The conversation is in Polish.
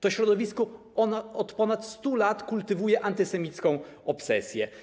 To środowisko od ponad 100 lat kultywuje antysemicką obsesję.